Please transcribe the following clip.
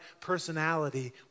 personality